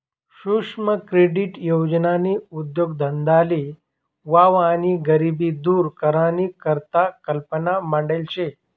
सुक्ष्म क्रेडीट योजननी उद्देगधंदाले वाव आणि गरिबी दूर करानी करता कल्पना मांडेल शे